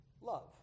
Love